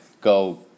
go